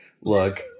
look